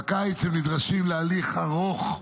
בקיץ הם נדרשים להליך ארוך,